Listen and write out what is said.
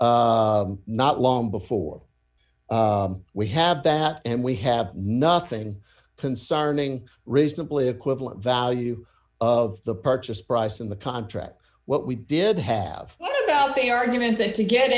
r not long before we have that and we have nothing concerning reasonably equivalent value of the purchase price in the contract what we did have let out the argument that to get